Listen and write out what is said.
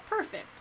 perfect